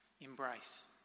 embrace